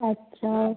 अच्छा